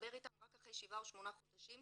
לדבר איתם רק אחרי שבעה או שמונה חודשים,